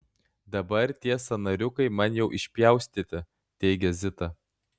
dabar tie sąnariukai man jau išpjaustyti teigia zita